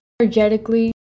Energetically